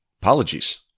Apologies